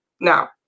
now